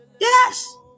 Yes